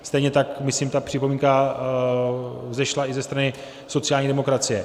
Stejně tak, myslím, ta připomínka vzešla i ze strany sociální demokracie.